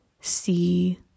see